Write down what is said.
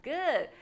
Good